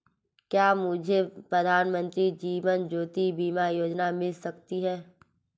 क्या मुझे प्रधानमंत्री जीवन ज्योति बीमा योजना मिल सकती है?